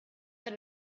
that